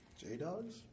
J-Dogs